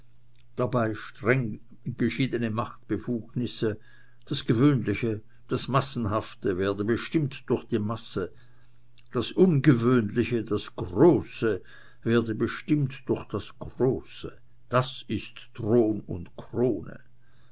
dabei streng geschiedene machtbefugnisse das gewöhnliche das massenhafte werde bestimmt durch die masse das ungewöhnliche das große werde bestimmt durch das große das ist thron und krone